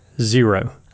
zero